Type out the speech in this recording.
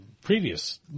previous –